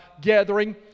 gathering